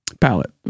palette